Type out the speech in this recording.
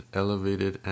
elevated